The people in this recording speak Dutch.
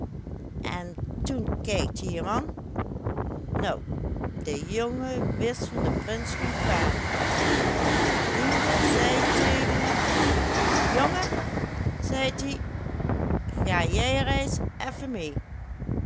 en toen kijkt ie em an nou de jonge wist van de prins geen kwaad maar de diender zeit teugen em jonge zeit ie ga jij reis effen mee